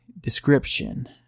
description